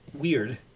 Weird